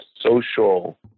social